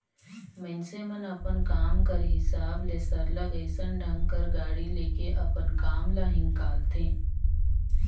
मइनसे मन अपन काम कर हिसाब ले सरलग अइसन ढंग कर गाड़ी ले के अपन काम ल हिंकालथें